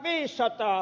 hävytöntä